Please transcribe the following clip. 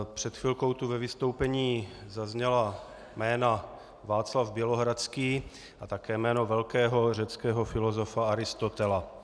Před chvilkou tu ve vystoupení zazněla jména Václav Bělohradský a také jméno velkého řeckého filozofa Aristotela.